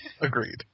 agreed